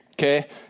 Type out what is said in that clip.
Okay